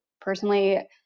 personally